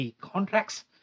contracts